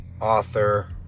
author